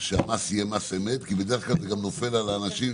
שהמס יהיה מס אמת כי בדרך כלל זה נופל על אנשים